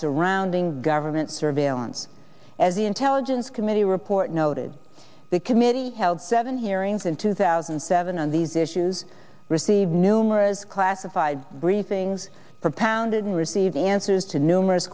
surrounding government surveillance as the intelligence committee report noted the committee held seven hearings in two thousand and seven on these issues received numerous classified briefings propounded and received answers to numerous